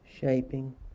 shaping